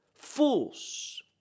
fools